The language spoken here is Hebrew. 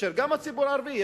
כאשר גם הציבור הערבי,